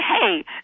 hey